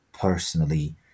personally